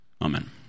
Amen